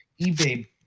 eBay